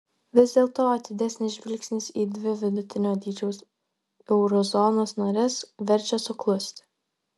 vis dėlto atidesnis žvilgsnis į dvi vidutinio dydžio euro zonos nares verčia suklusti